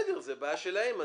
זה בעיה שלהם.